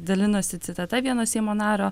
dalinosi citata vieno seimo nario